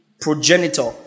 progenitor